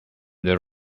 that